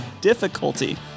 Difficulty